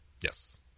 Yes